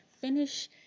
finish